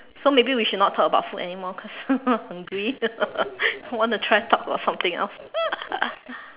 so maybe we should not talk about food anymore cause hungry want to try to talk about something else